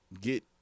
get